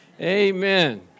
Amen